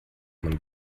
man